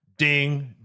Ding